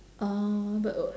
uh the